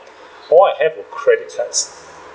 all I have were credit cards